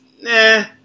Nah